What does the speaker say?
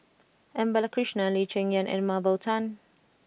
M Balakrishnan Lee Cheng Yan and Mah Bow Tan